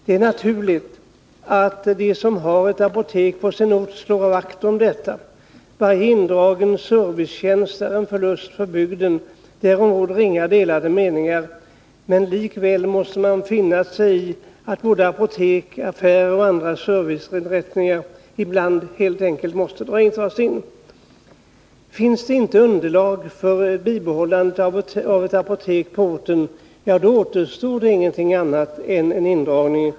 Det är naturligt att de som har ett apotek på sin ort slår vakt om detta. Varje indragen servicetjänst är en förlust för bygden. Därom råder inga delade meningar, men likväl måste man finna sig i att både apotek, affärer och andra serviceinrättningar ibland helt enkelt måste dras in. Finns det inte underlag för bibehållandet av ett apotek på orten, återstår ingenting annat än en indragning.